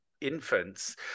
infants